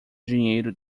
dinheiro